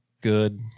good